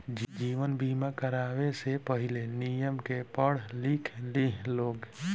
जीवन बीमा करावे से पहिले, नियम के पढ़ लिख लिह लोग